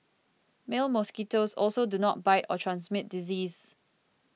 male mosquitoes also do not bite or transmit disease